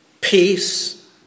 peace